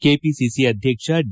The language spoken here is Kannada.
ಕೆಪಿಸಿಸಿ ಅಧ್ವಕ್ಷ ಡಿ